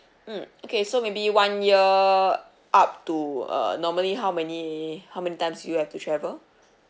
mm okay so maybe one year up to uh normally how many how many times do you have to travel